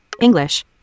English